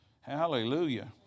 Hallelujah